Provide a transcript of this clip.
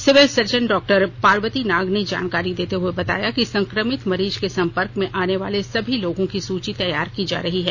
civil surgeon doctor Parvati Nag ने जानकारी देते हुए बताया कि संक्रमित मरीज के संपर्क में आने वाले सभी लोगों की सूची तैयार की जा रही है